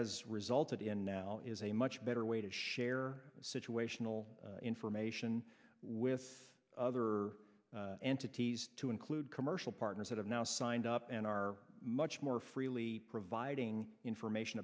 has resulted in now is a much better way to share situational information with other entities to include commercial partners that have now signed up and are much more freely providing information